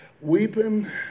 weeping